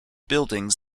buildings